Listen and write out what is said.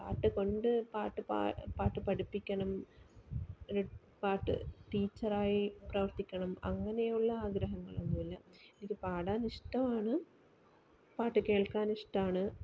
പാട്ടുകൊണ്ട് പാട്ടു പാടി പാട്ട് പഠിപ്പിക്കണം ഒരു പാട്ടു ടീച്ചറായി പ്രവർത്തിക്കണം അങ്ങനെയുള്ള ആഗ്രഹങ്ങളൊന്നുമില്ല ഇത് പാടാനിഷ്ടമാണ് പാട്ടുകേൾക്കാനിഷ്ട്ടാണ്